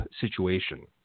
situation